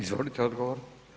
Izvolite odgovor.